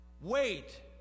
Wait